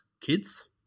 kids